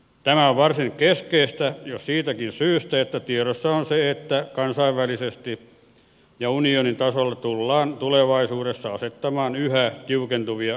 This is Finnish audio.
tämä on varsin keskeistä jo siitäkin syystä että tiedossa on se että kansainvälisesti ja unionin tasolla tullaan tulevaisuudessa asettamaan yhä tiukentuvia päästörajoja alalle